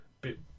bit